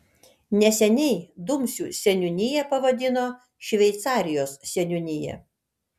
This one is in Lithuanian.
neseniai dumsių seniūniją pavadino šveicarijos seniūnija